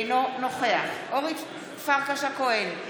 אינו נוכח אורית פרקש הכהן,